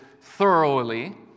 thoroughly